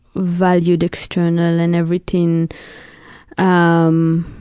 valued external and everything um